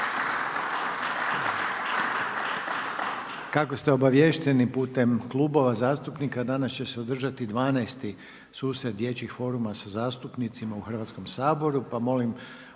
Kako ste obavješteni putem Klubova zastupnika, danas će se održati 12 susret dječjih foruma sa zastupnicima u Hrvatskom saboru,